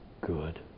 good